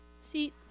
seat